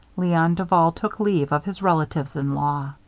leon duval took leave of his relatives-in-law.